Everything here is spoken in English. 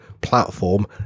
platform